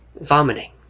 Vomiting